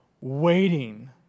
waiting